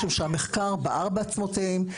משום שהמחקר בער בעצמותיהם,